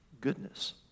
goodness